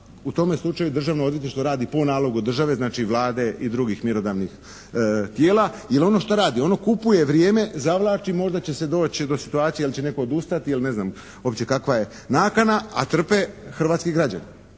u tome slučaju Državno odvjetništvo radi po nalogu države, znači Vlade i drugih mjerodavnih tijela. Jer ono šta radi? Ono kupuje vrijeme, zavlači možda će se doći do situacije jer će netko odustati ili ne znam opće kakva je nakana, a trpe hrvatski građani.